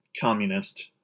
communist